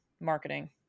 marketing